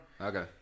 Okay